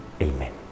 Amen